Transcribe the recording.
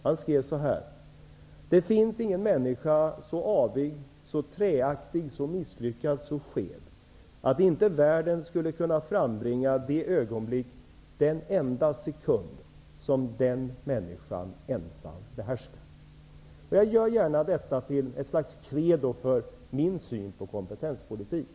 Har skrev så här: Det finns ingen människa så avig, så träaktig, så misslyckad, så skev att inte världen skulle kunna frambringa det ögonblick, den enda sekund, som den människan ensam behärskar. Jag gör gärna detta till ett slags credo för min syn på kompetenspolitik.